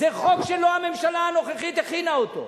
זה חוק שלא הממשלה הנוכחית הכינה אותו,